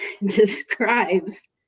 describes